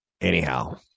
Anyhow